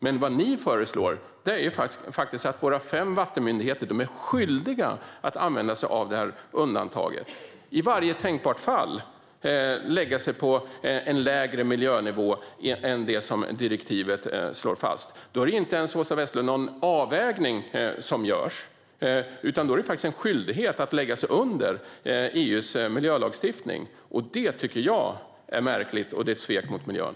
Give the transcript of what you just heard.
Men regeringen föreslår att våra fem vattenmyndigheter ska vara skyldiga att använda sig av detta undantag och i varje tänkbart fall lägga sig på en lägre miljönivå än det direktivet slår fast. Då görs inte ens någon avvägning, utan de är skyldiga att lägga sig under nivån på EU:s miljölagstiftning. Det är märkligt och ett svek mot miljön.